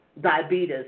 diabetes